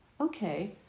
okay